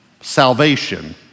salvation